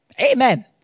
Amen